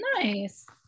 Nice